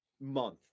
month